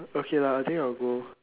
okay lah I think I will go